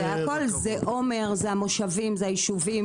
אז בימי חמישי,